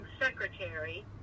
secretary